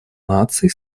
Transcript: наций